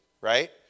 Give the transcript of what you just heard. right